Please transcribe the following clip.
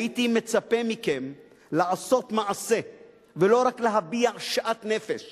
הייתי מצפה מכם לעשות מעשה ולא רק להביע שאט-נפש